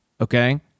okay